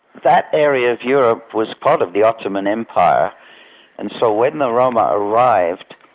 that area of europe was part of the ottoman empire and so when the roma arrived,